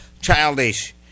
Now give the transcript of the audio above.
childish